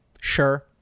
Sure